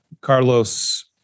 Carlos